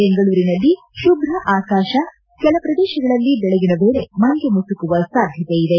ಬೆಂಗಳೂರಿನಲ್ಲಿ ಶುಭ್ರ ಆಕಾಶ ಕೆಲ ಪ್ರದೇಶಗಳಲ್ಲಿ ಬೆಳಗಿನ ವೇಳೆ ಮಂಜು ಮುಸುಕುವ ಸಾಧ್ಯತೆ ಇದೆ